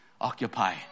occupy